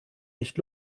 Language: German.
nicht